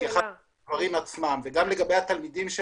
גם לגבי התלמידים,